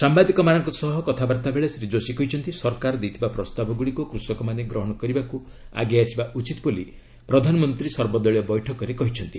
ସାମ୍ଭାଦିକମାନଙ୍କ ସହ କଥାବାର୍ଭାବେଳେ ଶ୍ରୀ ଯୋଶୀ କହିଛନ୍ତି ସରକାର ଦେଇଥିବା ପ୍ରସ୍ତାବଗୁଡ଼ିକୁ କୃଷକମାନେ ଗ୍ରହଣ କରିବାକୁ ଆଗେଇ ଆସିବା ଉଚିତ ବୋଲି ପ୍ରଧାନମନ୍ତ୍ରୀ ସର୍ବଦଳୀୟ ବୈଠକରେ କହିଛନ୍ତି